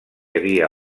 havia